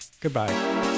Goodbye